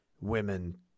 women